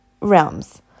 realms